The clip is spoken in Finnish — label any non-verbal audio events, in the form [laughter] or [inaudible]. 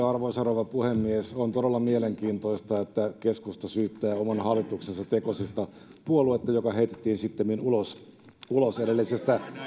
[unintelligible] arvoisa rouva puhemies on todella mielenkiintoista että keskusta syyttää oman hallituksensa tekosista puoluetta joka heitettiin sittemmin ulos ulos edellisestä